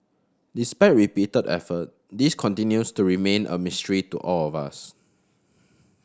despite repeated effort this continues to remain a mystery to all of us